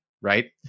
right